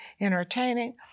entertaining